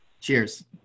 cheers